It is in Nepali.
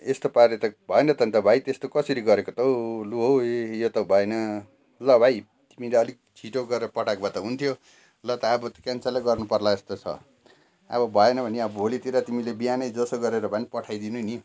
यस्तो पाराले त भएन त अन्त भाइ त्यस्तो कसरी गरेको त हौ लु है यो त भएन ल भाइ तिमीले अलिक छिटो गरेर पठाएको भए त हुन्थ्यो ल त अब त क्यान्सल गर्नु पर्ला जस्तो छ अब भएन भने अब भोलितिर तिमाले बिहान नै जसो गरेर भए पनि पठाइदिनु नि